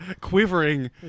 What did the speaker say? quivering